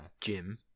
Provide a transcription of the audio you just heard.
Jim